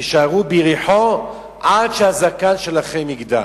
תישארו ביריחו עד שהזקן שלכם יגדל.